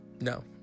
No